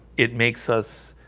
it makes us